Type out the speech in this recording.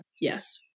Yes